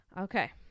Okay